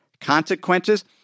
consequences